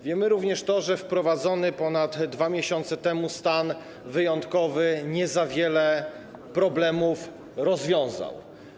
Wiemy również, że wprowadzony ponad 2 miesiące temu stan wyjątkowy nie za wiele problemów rozwiązał.